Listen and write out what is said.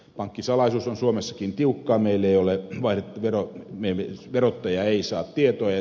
pankkisalaisuus on suomessakin tiukkaa meille ei ole vain tero niemi verottaja ei saa tietoja